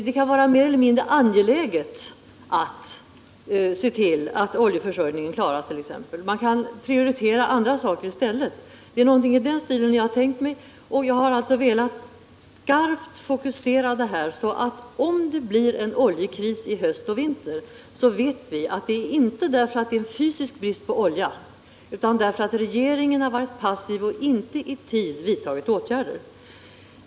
Det kan vara mer eller mindre angeläget att se till att oljeförsörjningen klaras t.ex., man kan prioritera andra saker i stället. Jag har velat skarpt fokusera uppmärksamheten på detta, så att vi om det bliren oljekris i höst och vinter vet att det inte beror på att det råder fysisk brist på olja utan på att regeringen varit passiv och inte i tid vidtagit åtgärder.